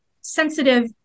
sensitive